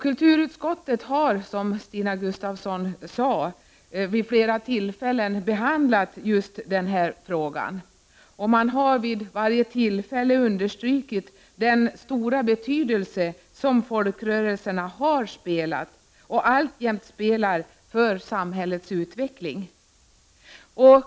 Kulturutskottet har, som Stina Gustavsson sade, vid flera tillfällen behandlat just denna fråga, och vid varje tillfälle har utskottet understrukit den stora betydelse som folkrörelserna har spelat och alltjämt spelar i samhällets utveckling.